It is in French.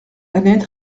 annette